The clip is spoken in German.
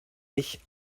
mich